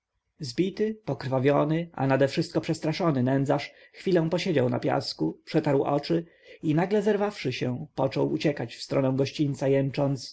zbity pokrwawiony a nadewszystko przestraszony nędzarz chwilę posiedział na piasku przetarł oczy i nagle zerwawszy się począł uciekać w stronę gościńca